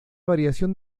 variación